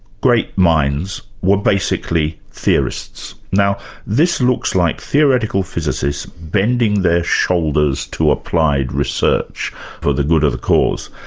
great minds, were basically theorists. now this looks like theoretical physicists bending their shoulders to applied research for the good of the cause.